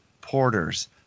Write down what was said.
porters